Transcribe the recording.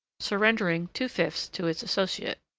surrendering two fifths to its associate.